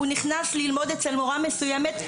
הוא נכנס ללמוד אצל מורה מסוימת,